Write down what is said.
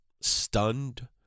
stunned